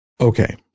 Okay